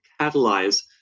catalyze